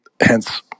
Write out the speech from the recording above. hence